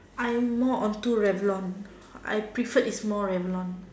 I'm more onto rebound I preferred is more Revlon